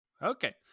Okay